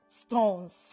stones